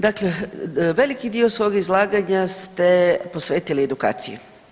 Dakle, veliki dio svog izlaganja ste posvetili edukaciji.